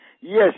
Yes